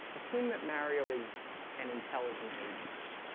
assume that mario is an intelligent agent